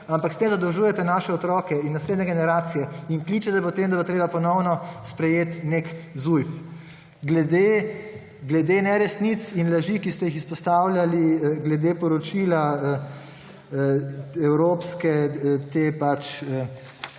ampak s tem zadolžujete naše otroke in naslednje generacije in kličete po tem, da bo treba ponovno sprejeti nek zujf. Glede neresnic in laži, ki ste jih izpostavljali glede poročila Evropske